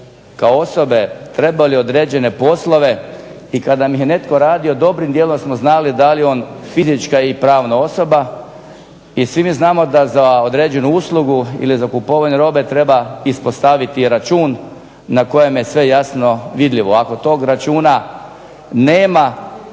kao osobe trebali određene poslove i kada mi ih je netko radio dobrim dijelom smo znali da li je on fizička i pravna osoba i svi mi znamo da za određenu uslugu ili za kupovanje robe treba ispostaviti račun na kojem je sve jasno vidljivo. Ako tog računa nema